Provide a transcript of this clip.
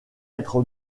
être